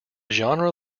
genre